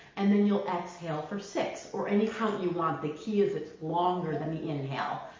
and then you exhale for six, or any count you want. the key is it longer than the inhale,